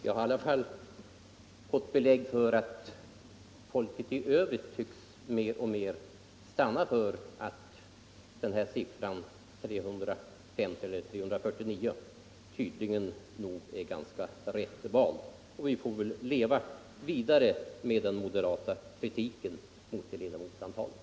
Jag har i alla fall fått belägg för att folket i övrigt mer och mer tycks stanna för att den här siffran — 350 eller snart 349 — är ganska rätt vald. Vi får väl leva vidare med den moderata kritiken mot det ledamotsantalet.